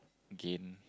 gain